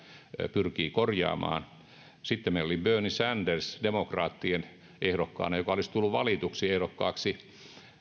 pyrkii korjaamaan sitten meillä oli bernie sanders demokraattien ehdokkaana joka olisi tullut valituksi ehdokkaaksi